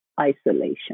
isolation